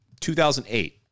2008